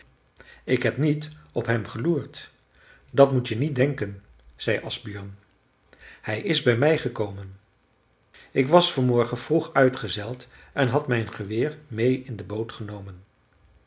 ik heb niet op hem geloerd dat moet je niet denken zei asbjörn hij is bij mij gekomen ik was vanmorgen vroeg uitgezeild en had mijn geweer meê in de boot genomen